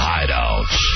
Hideouts